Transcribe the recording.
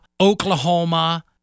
Oklahoma